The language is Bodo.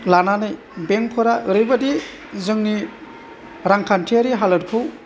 लानानै बेंकफोरा ओरैबायदि जोंनि रांखान्थियारि हालोदखौ